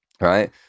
right